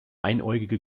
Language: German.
einäugige